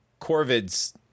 corvids